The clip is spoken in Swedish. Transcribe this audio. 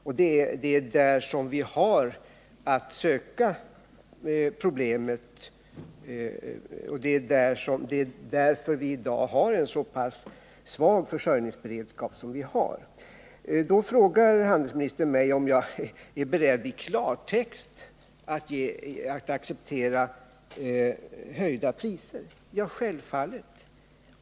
Och det är där vi har att Nr 156 söka orsaken till att vi i dag har en så pass svag försörjningsberedskap som vi Lördagen den har. 26 maj 1979 Handelsministern frågar mig om jag är beredd att i klartext säga att jag accepterar höjda priser. Ja, självfallet.